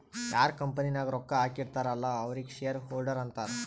ಯಾರ್ ಕಂಪನಿ ನಾಗ್ ರೊಕ್ಕಾ ಹಾಕಿರ್ತಾರ್ ಅಲ್ಲಾ ಅವ್ರಿಗ ಶೇರ್ ಹೋಲ್ಡರ್ ಅಂತಾರ